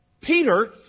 Peter